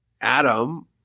Adam